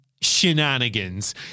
shenanigans